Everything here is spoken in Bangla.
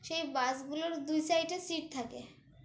সেই বাসগুলোর দুই সাইডে সিট থাকে